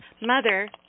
Mother